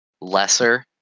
lesser